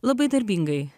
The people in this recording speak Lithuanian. labai darbingai